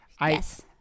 Yes